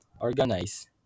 organize